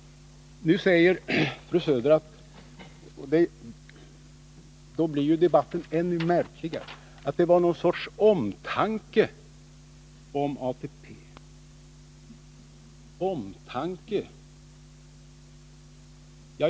Nu säger fru Söder — och då blir debatten ännu märkligare — att detta skedde av någon sorts omtanke om ATP.